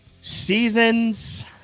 seasons